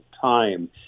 time